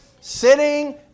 Sitting